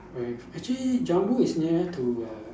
actually Jumbo is near to err